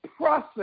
process